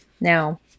Now